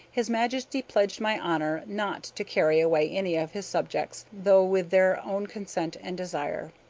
his majesty pledged my honor not to carry away any of his subjects, though with their own consent and desire.